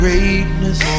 Greatness